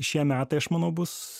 šie metai aš manau bus